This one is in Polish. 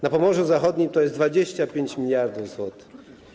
Na Pomorzu Zachodnim to jest 25 mld zł.